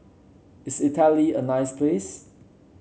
is Italy a nice place